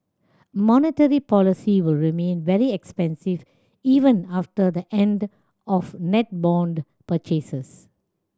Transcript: monetary policy will remain very expansive even after the end of net bond purchases